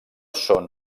són